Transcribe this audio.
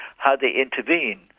how they intervene,